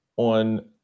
on